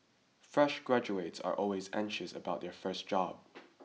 fresh graduates are always anxious about their first job